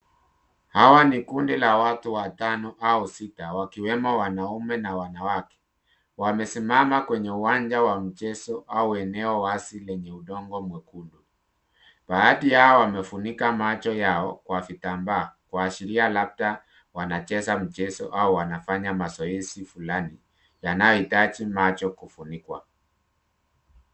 Hawa ni kundi la watu watano au sita wakiwemo wanaume na wanawake . Wamesimama kwenye uwanja wa mchezo au eneo wazi lenye udongo mwekundu. Baadhi yao wamefunika macho yao kwa vitambaa kuashiria labda wanacheza mchezo au wanafanya mazoezi fulani yanayohitaji macho kufunikwa.